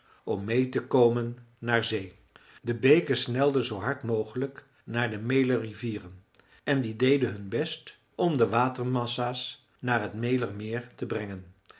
om meê te komen naar zee de beken snelden zoo hard mogelijk naar de mälerrivieren en die deden hun best om de watermassa's naar t mälermeer te brengen